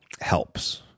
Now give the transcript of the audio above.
helps